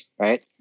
right